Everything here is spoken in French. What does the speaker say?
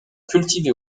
cultivée